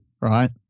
Right